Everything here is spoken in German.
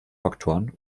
faktoren